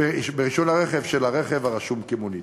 של הרכב הרשום כמונית.